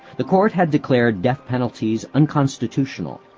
the court had declared death penalties unconstitutional,